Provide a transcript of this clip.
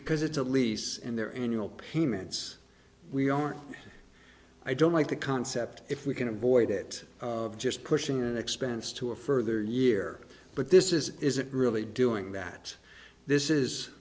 because it's a lease and their annual payments we are i don't like the concept if we can avoid it just pushing the expense to a further year but this isn't really doing that this is